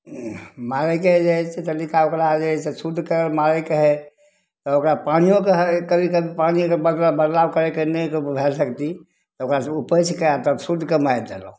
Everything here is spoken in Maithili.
मारैके जे हइ से तरीका ओकरा जे हइ से शुद्ध कऽ मारैके हइ तऽ ओकरा पानियोके कभी कभी पानिके बदलाव करैके नहि भय सकतै तऽ ओकरा उपैछ कऽ आ तब शुद्ध कऽ मारि लेलहुॅं